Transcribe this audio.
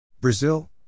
Brazil